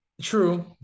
True